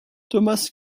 thomas